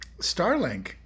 Starlink